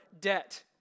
debt